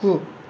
गु